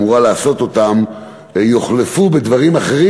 אמורה לעשות יוחלפו בדברים אחרים,